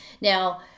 Now